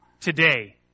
today